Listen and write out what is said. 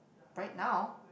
right now